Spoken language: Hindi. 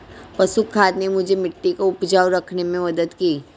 पशु खाद ने मुझे मिट्टी को उपजाऊ रखने में मदद की